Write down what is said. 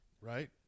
Right